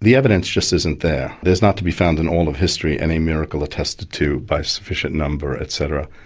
the evidence just isn't there, there is not to be found in all of history and any miracle attested to by sufficient number etc,